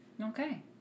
Okay